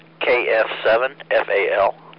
KF7FAL